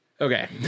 Okay